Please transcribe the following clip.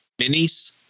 minis